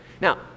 Now